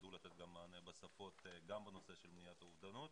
שיידעו לתת מענה בשפות גם בנושא של מניעת אובדנות.